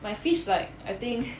my fish like I think